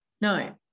No